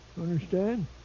Understand